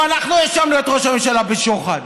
שמשטרת ישראל הודיעה שראש ממשלת ישראל חשוד בשוחד,